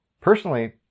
Personally